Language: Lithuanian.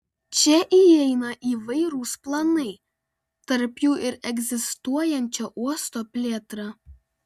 čia įeina įvairūs planai tarp jų ir egzistuojančio uosto plėtra